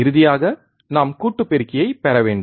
இறுதியாக நாம் கூட்டு பெருக்கியை பெறவேண்டும்